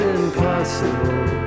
impossible